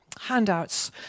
handouts